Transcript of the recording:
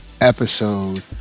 episode